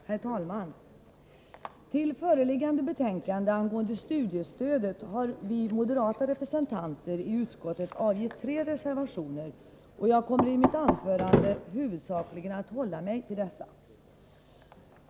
Herr talman! Till föreliggande betänkande angående studiestödet har vi moderata representanter i utskottet avgett tre reservationer, och jag kommer i mitt anförande huvudsakligen att hålla mig till dessa.